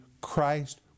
Christ